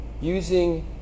using